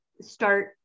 start